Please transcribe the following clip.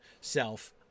self